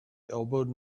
elbowed